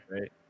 right